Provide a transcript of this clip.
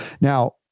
Now